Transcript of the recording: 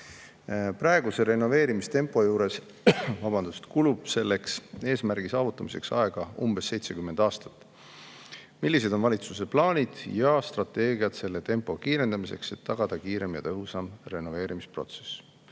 Praeguse renoveerimistempo juures kulub selle eesmärgi saavutamiseks aga umbes 70 aastat. Millised on valitsuse plaanid ja strateegiad selle tempo kiirendamiseks, et tagada kiirem ja tõhusam renoveerimisprotsess?"